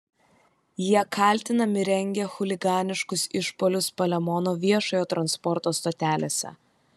jie kaltinami rengę chuliganiškus išpuolius palemono viešojo transporto stotelėse